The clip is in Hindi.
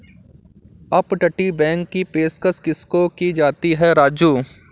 अपतटीय बैंक की पेशकश किसको की जाती है राजू?